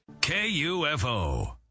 KUFO